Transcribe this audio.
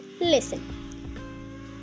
Listen